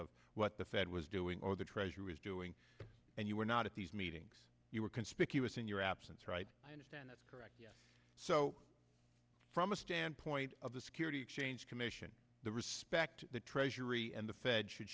of what the fed was doing or the treasury was doing and you were not at these meetings you were conspicuous in your absence right i understand that's correct yes so from a standpoint of the security exchange commission the respect the treasury and the fed should